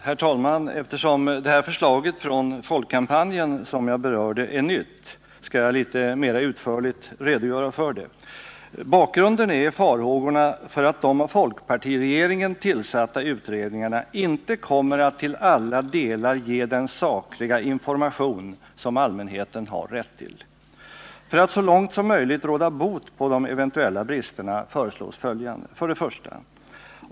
Herr talman! Eftersom det här förslaget från Folkkampanjen, som jag berörde, är nytt, skall jag litet mer utförligt redogöra för det. Bakgrunden är farhågorna för att de av folkpartiregeringen tillsatta utredningarna inte kommer att till alla delar ge den sakliga information som allmänheten har rätt till. För att så långt som möjligt råda bot på de eventuella bristerna föreslås följande: 1.